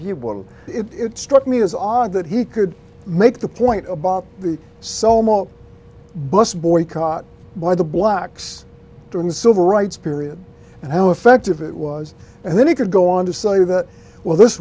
people it struck me as odd that he could make the point about the so mall bus boycott by the blacks during the civil rights period and how effective it was and then he could go on to say that well this